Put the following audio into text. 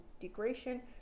degradation